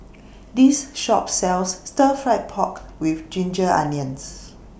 This Shop sells Stir Fried Pork with Ginger Onions